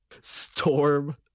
storm